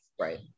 Right